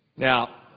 now,